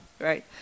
right